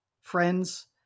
friends